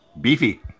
beefy